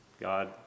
God